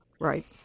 right